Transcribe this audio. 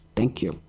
thank you?